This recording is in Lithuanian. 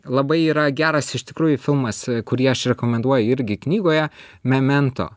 labai yra geras iš tikrųjų filmas kurį aš rekomenduoju irgi knygoje memento